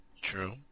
True